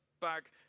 back